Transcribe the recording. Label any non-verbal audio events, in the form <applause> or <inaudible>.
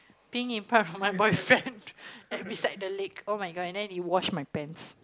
peeing in front of my boyfriend <laughs> and beside the lake oh-my-god and then he wash my pants